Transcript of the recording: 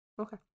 Okay